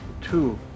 two